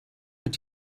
mit